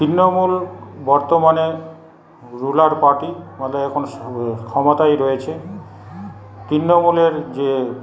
তৃণমূল বর্তমানে ruler party মানে এখন ক্ষমতায় রয়েছে তৃণমূলের যে